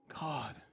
God